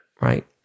Right